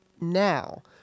now